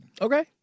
Okay